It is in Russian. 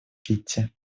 кити